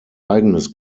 eigenes